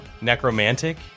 Necromantic